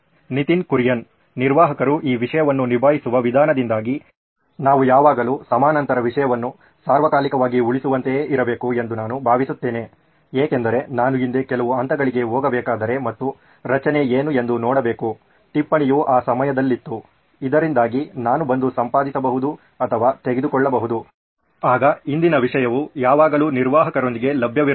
ನಿತಿನ್ ಕುರಿಯನ್ ನಿರ್ವಾಹಕರು ಈ ವಿಷಯವನ್ನು ನಿಭಾಯಿಸುವ ವಿಧಾನದಿಂದಾಗಿ ನಾವು ಯಾವಾಗಲೂ ಸಮಾನಾಂತರ ವಿಷಯವನ್ನು ಸಾರ್ವಕಾಲಿಕವಾಗಿ ಉಳಿಸುವಂತೆಯೇ ಇರಬೇಕು ಎಂದು ನಾನು ಭಾವಿಸುತ್ತೇನೆ ಏಕೆಂದರೆ ನಾನು ಹಿಂದೆ ಕೆಲವು ಹಂತಗಳಿಗೆ ಹೋಗಬೇಕಾದರೆ ಮತ್ತು ರಚನೆ ಏನು ಎಂದು ನೋಡಬೇಕು ಟಿಪ್ಪಣಿಯು ಆ ಸಮಯದಲ್ಲಿತ್ತು ಇದರಿಂದಾಗಿ ನಾನು ಬಂದು ಸಂಪಾದಿಸಬಹುದು ಅಥವಾ ತೆಗೆದುಹಾಕಬಹುದು ಆಗ ಹಿಂದಿನ ವಿಷಯವು ಯಾವಾಗಲೂ ನಿರ್ವಾಹಕರೊಂದಿಗೆ ಲಭ್ಯವಿರಬೇಕು